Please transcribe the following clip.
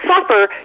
suffer